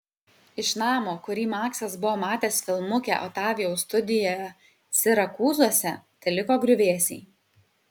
iš namo kurį maksas buvo matęs filmuke otavijaus studijoje sirakūzuose teliko griuvėsiai